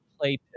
play